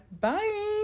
bye